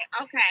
Okay